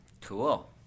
Cool